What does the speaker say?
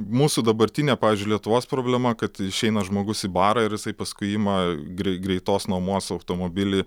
mūsų dabartinė pavyzdžiui lietuvos problema kad išeina žmogus į barą ir jisai paskui ima grei greitos nuomos automobilį